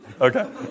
Okay